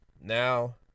now